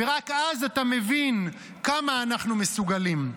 ורק אז אתה מבין כמה אנחנו מסוגלים,